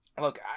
look